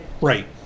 Right